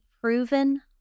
proven